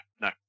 No